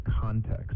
context